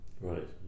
Right